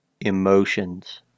emotions